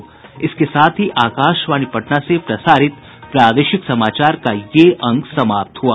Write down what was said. इसके साथ ही आकाशवाणी पटना से प्रसारित प्रादेशिक समाचार का ये अंक समाप्त हुआ